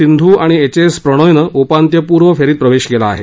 सिंधू आणि H S प्रणॉयनं उपांत्यपूर्व फेरीत प्रवेश केला आहे